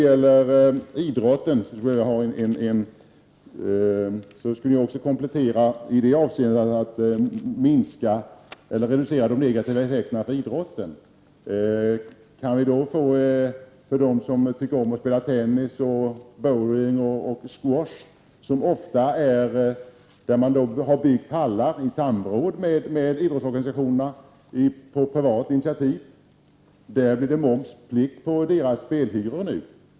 13 juni 1990 Jag vill också ha en komplettering när det gäller att reducera de negativa effekterna för idrotten. Det har byggts hallar för tennis, bowling och squash, 2 ormerad in på privat initiativ och i samråd med idrottsorganisationer, och det blir nu irekt beskattning m.m. momsplikt på spelhyrorna där.